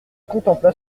contempla